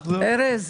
ארז,